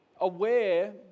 aware